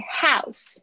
house